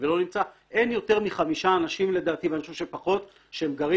אין יותר מחמישה אנשים לדעתי ואני חושב שפחות שהם גרים